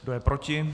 Kdo je proti?